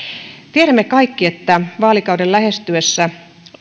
tiedämme kaikki että vaalikauden lähestyessä